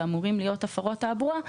ואמורים להיות הפרות תעבורה,